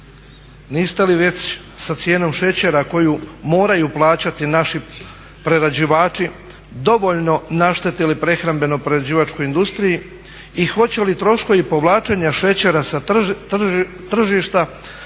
Niste li već sa cijenom šećera koju moraju plaćati naši prerađivači dovoljno naštetili prehrambeno prerađivačkoj industriji i hoće li troškovi povlačenja šećera sa tržišta